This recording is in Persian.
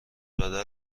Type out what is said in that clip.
بدل